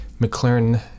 McLaren